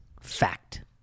Fact